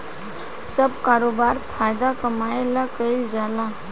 सब करोबार फायदा कमाए ला कईल जाल